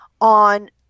on